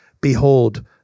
behold